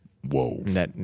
Whoa